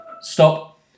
stop